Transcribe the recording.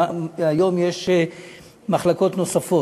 והיום יש בו מחלקות נוספות.